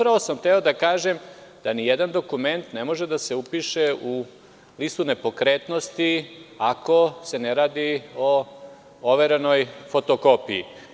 Upravo sam hteo da kažem da nijedan dokument ne može da se upiše u listu nepokretnosti ako se ne radi o overenoj fotokopiji.